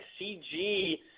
CG –